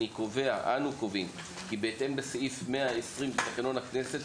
אנו קובעים כי בהתאם לסעיף 120 בתקנון הכנסת,